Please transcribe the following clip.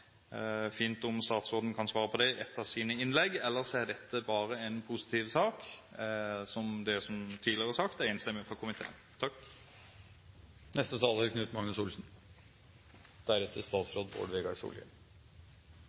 fint om statsråden kan svare på det i et av sine innlegg. Ellers er dette bare en positiv sak, og – som det tidligere er sagt – den er enstemmig fra komiteen.